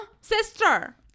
sister